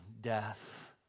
death